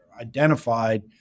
identified